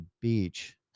beach